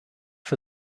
für